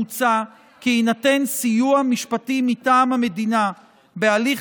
מוצע כי יינתן סיוע משפטי מטעם המדינה בהליך